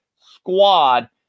squad